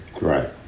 Right